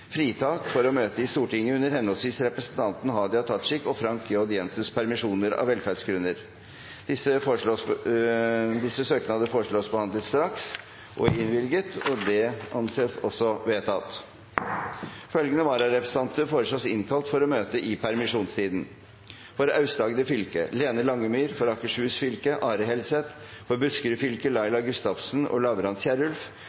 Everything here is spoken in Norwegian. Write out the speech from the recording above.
fritak for å møte i Stortinget under henholdsvis representanten Hadia Tajik og Frank J. Jenssens permisjoner, av velferdsgrunner. Etter forslag fra presidenten ble enstemmig besluttet: Søknadene behandles straks og innvilges. Følgende vararepresentanter innkalles for å møte i permisjonstiden: For Aust-Agder fylke: Lene Langemyr For Akershus fylke: Are Helseth For Buskerud fylke: